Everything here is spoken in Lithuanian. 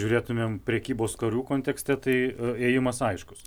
žiūrėtumėm prekybos karų kontekste tai ėjimas aiškus